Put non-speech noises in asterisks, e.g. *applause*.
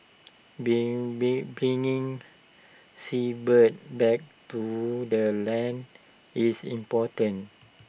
being *unintelligible* bringing seabirds back to the land is important